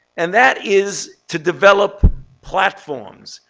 and that is to develop platforms,